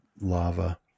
lava